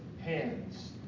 hands